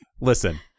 Listen